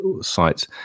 sites